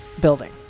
building